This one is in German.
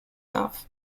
darf